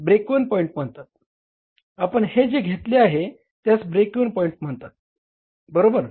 आपण हे जे घेतले आहे त्यास ब्रेक इव्हन पॉईंट म्हणतात बरोबर